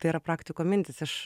tai yra praktiko mintys aš